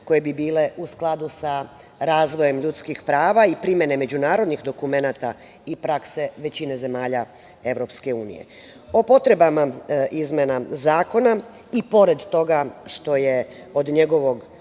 koje bi bile u skladu sa razvojem ljudskih prava i primene međunarodnih dokumenata i prakse većine zemalja EU.O potrebama izmena zakona, i pored toga što je od njegovog